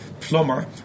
plumber